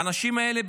האנשים האלה,